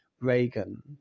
Reagan